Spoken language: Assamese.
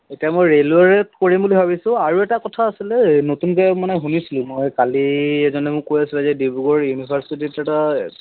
এতিয়া মই ৰে'লৱেৰে কৰিম বুলি ভাবিছোঁ আৰু এটা কথা আছিলে নতুনকৈ মানে শুনিছিলোঁ মই কালি এজনে মোক কৈ আছিলে যে ডিব্ৰুগড় ইউনিভাৰ্চিটিত এটা